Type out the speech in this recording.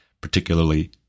particularly